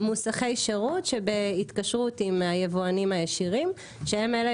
מוסכי שירות שבהתקשרות עם היבואנים הישירים שהם אלה